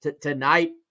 tonight